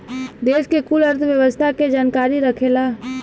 देस के कुल अर्थव्यवस्था के जानकारी रखेला